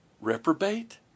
reprobate